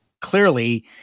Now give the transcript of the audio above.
Clearly